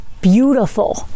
beautiful